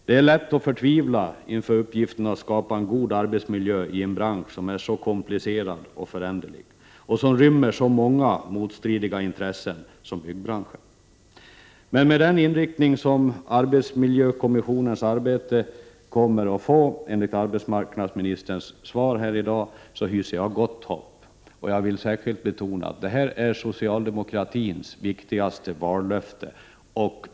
Det är lätt att förtvivla inför uppgiften att skapa en god 25 november 1988 arbetsmiljö i en bransch som är så komplicerad och föränderlig och som rymmer så många motstridiga intressen som byggbranschen. Men med den inriktning som arbetsmiljökommissionens arbete kommer att få enligt arbetsmarknadsministerns svar här i dag hyser jag gott hopp. Jag vill särskilt betona att detta är socialdemokratins viktigaste vallöfte.